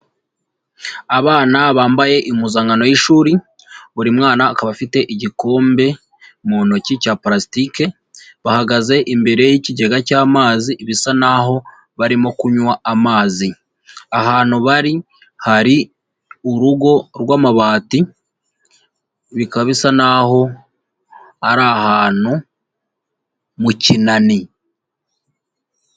Abana bambaye impuzankano y'ishuri, buri mwana akaba afite igikombe mu ntoki cya pulasitike, bahagaze imbere y'ikigega cy'amazi bisa naho barimo kunywa amazi. Ahantu bari hari urugo rw'amabati, bikaba bisa naho ari ahantu mu kinani.